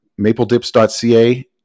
mapledips.ca